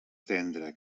tendra